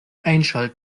einschalten